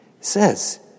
says